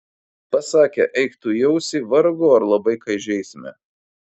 pasakę eik tu į ausį vargu ar labai ką įžeisime